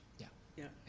yeah. yeah,